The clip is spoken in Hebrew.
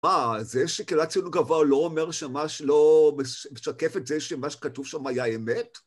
מה, זה שקיבלה ציון גבוה לא אומר שמש... לא משקף את זה שמה שכתוב שם היה אמת?